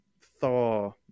thaw